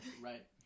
right